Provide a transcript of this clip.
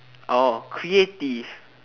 oh creative